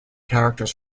characters